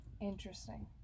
interesting